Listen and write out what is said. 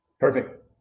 Perfect